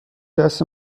دست